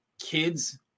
kids